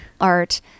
art